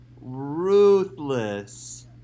ruthless